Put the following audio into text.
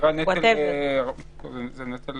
זה נטל